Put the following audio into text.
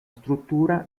struttura